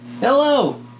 Hello